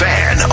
Fan